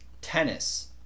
tennis